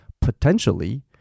potentially